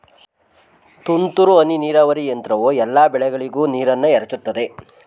ತುಂತುರು ಹನಿ ನೀರಾವರಿ ಯಂತ್ರವು ಎಲ್ಲಾ ಬೆಳೆಗಳಿಗೂ ನೀರನ್ನ ಎರಚುತದೆ